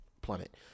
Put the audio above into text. Plummet